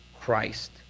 Christ